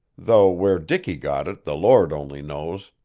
though where dicky got it the lord only knows.